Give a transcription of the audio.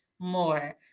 more